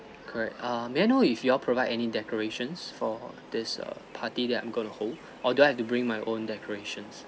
correct err may I know if you all provide any decorations for this err party that I'm going to hold or do I have to bring my own decorations